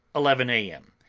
eleven a. m.